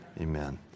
Amen